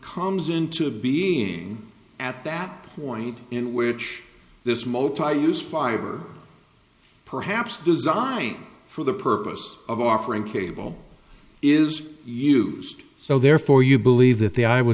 comes into of being at that point in which this motel use five or perhaps designed for the purpose of offering cable is used so therefore you believe that the i wa